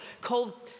cold